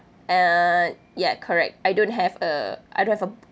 uh ya correct I don't have a I don't have a